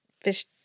fish